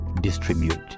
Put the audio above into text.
distribute